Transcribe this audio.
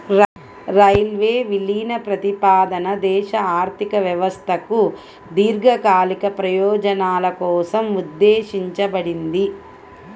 railway విలీన ప్రతిపాదన దేశ ఆర్థిక వ్యవస్థకు దీర్ఘకాలిక ప్రయోజనాల కోసం ఉద్దేశించబడింది